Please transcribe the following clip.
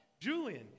Julian